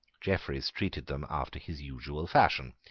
jeffreys treated them after his usual fashion.